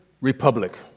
Republic